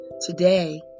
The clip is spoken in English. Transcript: today